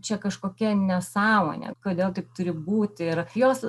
čia kažkokia nesąmonė kodėl taip turi būti ir jos